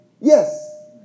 Yes